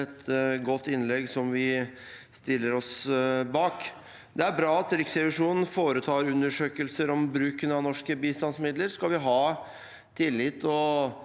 et godt innlegg, som vi stiller oss bak. Det er bra at Riksrevisjonen foretar undersøkelser om bruken av norske bistandsmidler. Skal vi ha tillit og